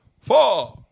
Four